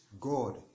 God